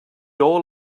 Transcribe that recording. all